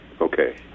Okay